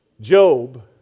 Job